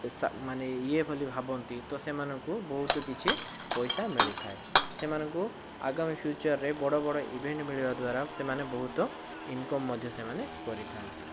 ପେସା ମାନେ ଇଏ ବୋଲି ଭାବନ୍ତି ତ ସେମାନଙ୍କୁ ବହୁତ କିଛି ପଇସା ମିଳିଥାଏ ସେମାନଙ୍କୁ ଆଗାମୀ ଫିଉଚରରେ ବଡ଼ ବଡ଼ ଇଭେଣ୍ଟ ମିଳିବା ଦ୍ଵାରା ସେମାନେ ବହୁତ ଇନ୍କମ୍ ମଧ୍ୟ ସେମାନେ କରିଥାନ୍ତି